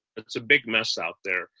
it's a big mess out there.